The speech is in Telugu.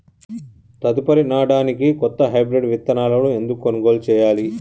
తదుపరి నాడనికి కొత్త హైబ్రిడ్ విత్తనాలను ఎందుకు కొనుగోలు చెయ్యాలి?